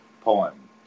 poem